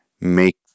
make